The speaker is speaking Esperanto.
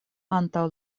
antaŭ